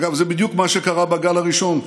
אגב, זה בדיוק מה שקרה בגל הראשון: